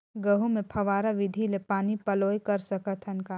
गहूं मे फव्वारा विधि ले पानी पलोय सकत हन का?